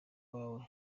wawe